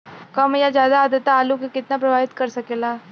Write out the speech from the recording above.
कम या ज्यादा आद्रता आलू के कितना प्रभावित कर सकेला?